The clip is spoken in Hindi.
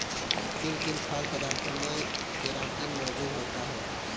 किन किन खाद्य पदार्थों में केराटिन मोजूद होता है?